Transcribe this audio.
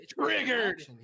Triggered